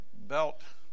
belt